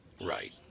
Right